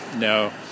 No